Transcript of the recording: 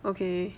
okay